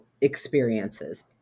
experiences